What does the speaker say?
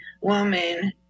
woman